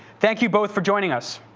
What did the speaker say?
thank you both for joining us.